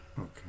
okay